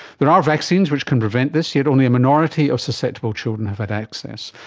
there are vaccines which can prevent this, yet only a minority of susceptible children have had access.